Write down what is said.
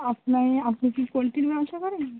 আপনে আপনি কি পোলট্রির ব্যবসা করেন